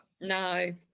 No